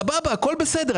סבבה, הכול בסדר.